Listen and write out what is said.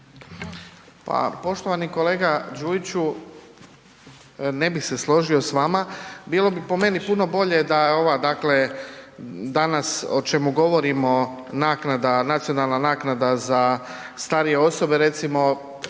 Pa poštovani kolega Đujiću, ne bih se složio s vama. Bilo bi po meni puno bolje da je ova, dakle danas o čemu govorimo, naknada, nacionalna naknada za starije osobe, recimo